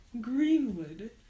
Greenwood